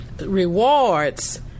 rewards